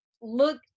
look